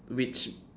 which